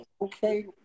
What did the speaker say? Okay